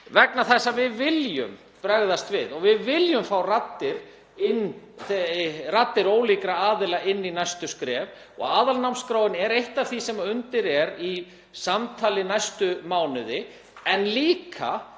vegna þess að við viljum bregðast við og við viljum fá raddir ólíkra aðila inn í næstu skref. Aðalnámskráin er eitt af því sem undir er í samtali næstu mánuði, en líka